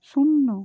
শূন্য